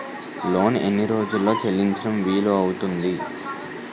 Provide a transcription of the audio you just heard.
Loan ఎన్ని రోజుల్లో చెల్లించడం వీలు అవుతుంది?